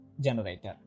generator